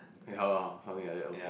eh how lah something like that okay